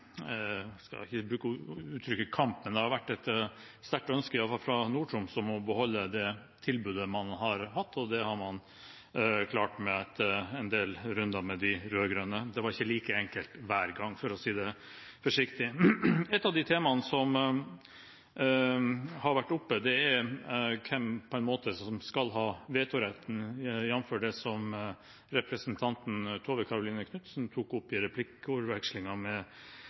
skal ikke bruke uttrykket «kamp», men det har iallfall vært et sterkt ønske fra Nord-Troms om å beholde det tilbudet man har hatt, og det har man klart etter en del runder med de rød-grønne. Det var ikke like enkelt hver gang, for å si det forsiktig. Et av de temaene som har vært oppe, er hvem som på en måte skal ha vetoretten, jf. det som representanten Tove Karoline Knutsen tok opp i